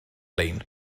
lein